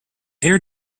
air